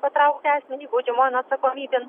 patraukti asmenį baudžiamojon atsakomybėn